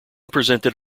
presented